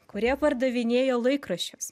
kurie pardavinėjo laikraščius